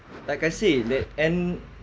like I say that and